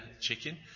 chicken